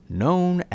known